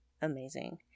amazing